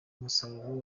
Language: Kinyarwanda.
umusaruro